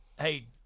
hey